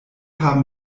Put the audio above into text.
haben